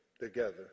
together